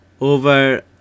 over